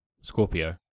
Scorpio